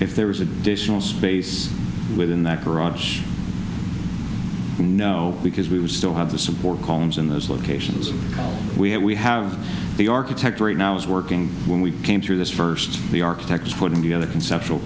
if there was additional space within that garage you know because we still have the support columns in those locations we have we have the architect right now is working when we came through this first the architects put together conceptual